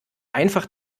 einfach